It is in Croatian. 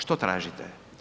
Što tražite?